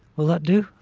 will that do?